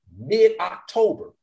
mid-October